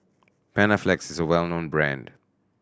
Panaflex is a well known brand